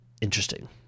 interesting